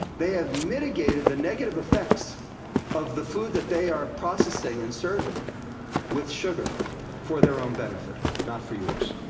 they have mitigated the negative effects of the food that they are processing and serving with sugar for their own benefit, not for yours.